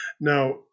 Now